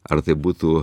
ar tai būtų